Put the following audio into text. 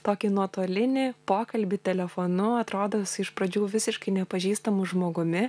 tokį nuotolinį pokalbį telefonu atrodo su iš pradžių visiškai nepažįstamu žmogumi